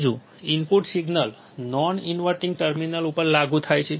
ત્રીજું input signal non inverting terminal ઉપર લાગુ થાય છે